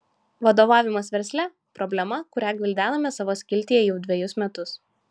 vadovavimas versle problema kurią gvildename savo skiltyje jau dvejus metus